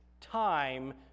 time